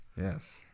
Yes